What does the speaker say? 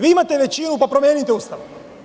Vi imate većinu, pa promenite Ustav.